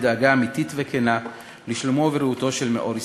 בדאגה אמיתית וכנה לשלומו ולבריאותו של מאור ישראל.